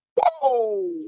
Whoa